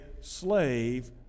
slave